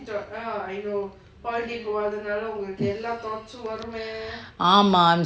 ஆமா:amma